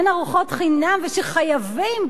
אין ארוחות חינם וחייבים,